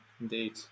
indeed